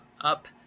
up